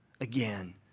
again